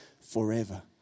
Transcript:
forever